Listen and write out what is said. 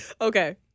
Okay